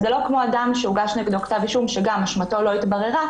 זה לא כמו אדם שהוגש נגדו כתב אישום ואשמתו לא התבררה,